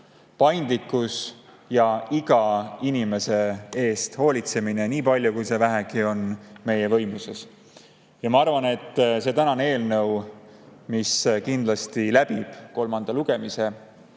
paindlikkus ja iga inimese eest hoolitsemine nii palju, kui see vähegi on meie võimuses. Ma arvan, et see eelnõu, mis kindlasti läbib kolmanda lugemise,